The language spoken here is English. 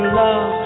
love